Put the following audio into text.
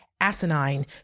asinine